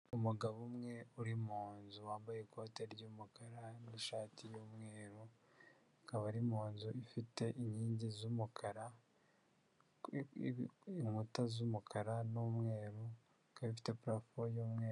Umugabo umwe uri mu nzu wambaye ikoti ry'umukara, n'ishati y'umweru, akaba ari mu nzu ifite inkingi z'umukara, iinkuta z'umukara n'umweru ikaba ifite purafo y'umweru.